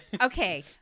okay